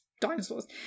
dinosaurs